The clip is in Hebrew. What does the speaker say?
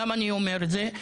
למה אני אומר את זה?